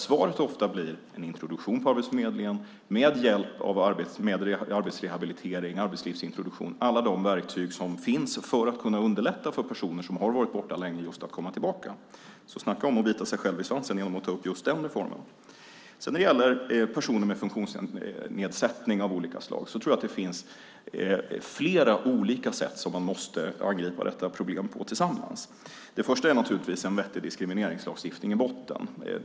Svaret blir ofta en introduktion på Arbetsförmedlingen med hjälp av arbetsrehabilitering och arbetslivsintroduktion, alla de verktyg som finns för att kunna underlätta för personer som har varit borta länge att komma tillbaka. Snacka om att bita sig själv i svansen genom att ta upp just den reformen! När det gäller personer med funktionsnedsättning av olika slag tror jag att det finns flera olika sätt som man måste angripa detta problem på. Det första är naturligtvis en vettig diskrimineringslagstiftning i botten.